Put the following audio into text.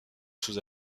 sous